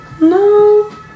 No